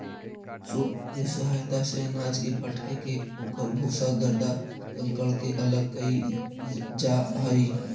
सूप के सहायता से अनाज के फटक के ओकर भूसा, गर्दा, कंकड़ के अलग कईल जा हई